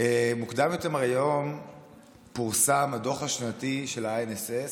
מוקדם יותר היום פורסם הדוח השנתי של ה-INSS,